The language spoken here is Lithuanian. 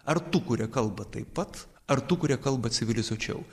ar tų kurie kalba taip pat ar tų kurie kalba civilizuočiau